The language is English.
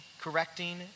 correcting